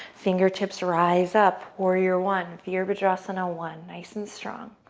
fingertips rise up, warrior one, virabhadrasana one, nice and strong.